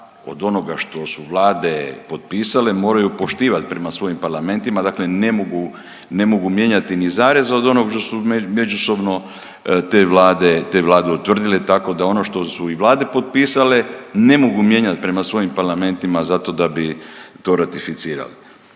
od onoga što su vlade potpisale moraju poštivati prema svojim parlamentima, dakle ne mogu, ne mogu mijenjati ni zarez od onog što međusobno te vlade, te vlade utvrdile tako da ono što su i vlade potpisale ne mogu mijenjati prema svojim parlamentima zato da bi to ratificirali.